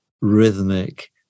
rhythmic